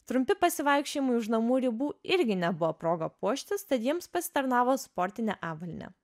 trumpi pasivaikščiojimai už namų ribų irgi nebuvo proga puoštis tad jiems pasitarnavo sportinė avalynė